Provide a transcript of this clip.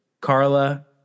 Carla